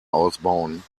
ausbauen